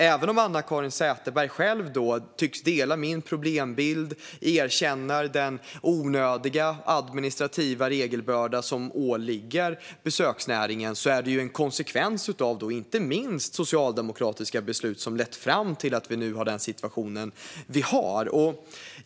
Även om Anna-Caren Sätherberg själv tycks dela min problembild och erkänner den onödiga administrativa regelbörda som åligger besöksnäringen är det ju inte minst socialdemokratiska beslut som har lett fram till att vi nu har den situation vi har.